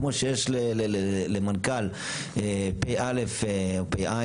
כמו שיש למנכ"ל פ"א או פ"ע,